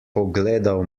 pogledal